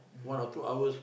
one or two hours